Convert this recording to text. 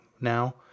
now